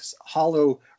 hollow